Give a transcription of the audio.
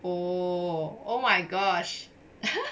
oh my gosh